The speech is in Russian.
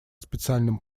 специальным